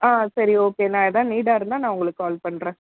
ஆ சரி ஓகே நான் எதாவது நீடாக இருந்தால் நான் உங்களுக்கு கால் பண்ணுறேன்